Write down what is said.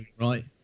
right